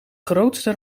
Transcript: grootste